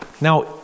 Now